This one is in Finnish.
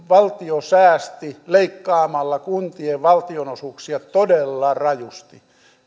valtio säästi leikkaamalla kuntien valtionosuuksia todella rajusti